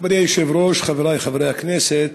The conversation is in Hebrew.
מכובדי היושב-ראש, חברי חברי הכנסת,